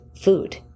food